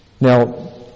Now